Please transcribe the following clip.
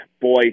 Boy